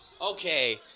Okay